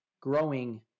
growing